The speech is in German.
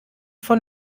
von